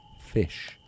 fish